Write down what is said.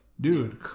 Dude